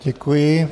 Děkuji.